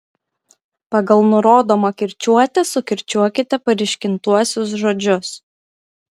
pagal nurodomą kirčiuotę sukirčiuokite paryškintuosius žodžius